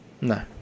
No